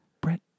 Brett